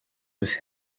his